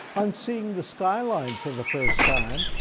on seeing the skyline for the first time,